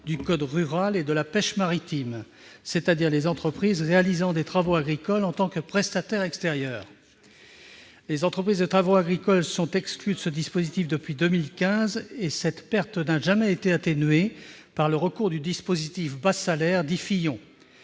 occasionnels et de demandeurs d'emploi pour les entreprises réalisant des travaux agricoles en tant que prestataires extérieurs. Les entreprises de travaux agricoles sont exclues de ce dispositif depuis 2015 et cette perte n'a jamais été atténuée par le recours au dispositif « bas salaire »-